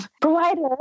provider